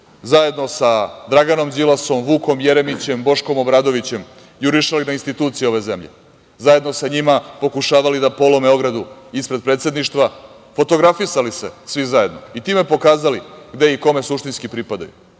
zajedno sa Draganom Đilasom, Vukom Jeremićem, Boškom Obradovićem, jurišali na institucije ove zemlje, zajedno sa njima pokušavali da polome ogradu ispred Predsedništva, fotografisali se svi zajedno, i time pokazali gde i kome suštinski pripadaju.